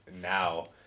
now